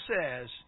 says